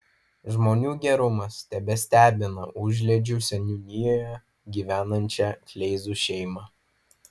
žmonių gerumas tebestebina užliedžių seniūnijoje gyvenančią kleizų šeimą